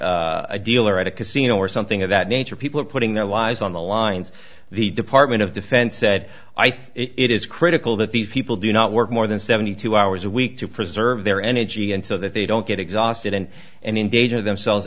be a dealer at a casino or something of that nature people are putting their lives on the lines the department of defense said i think it is critical that these people do not work more than seventy two hours a week to preserve their energy and so that they don't get exhausted and and endanger themselves